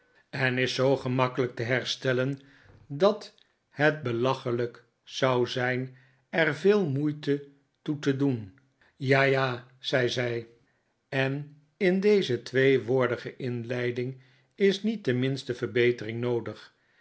en van de fa milie chuzziewit te herstellen dat het belachelijk zou zijn er veel mpeite toe te doen ja ja zei zij en in deze tweewoordige inleiding is niet de minste verbetering noodig